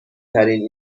ترین